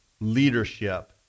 leadership